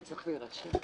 שכחתי שצריך להירשם.